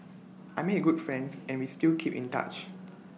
I made good friends and we still keep in touch